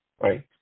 right